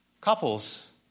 Couples